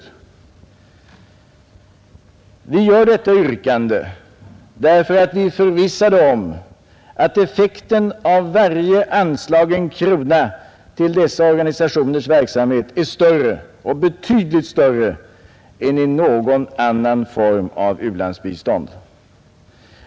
Vi ställer detta yrkande därför att vi är förvissade om att effekten av varje anslagen krona till dessa organisationers verksamhet är större — och betydligt större — än i någon annan form av u-landsbistånd.